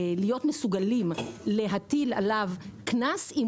להיות מסוגלים להטיל קנס על היבואן הרשמי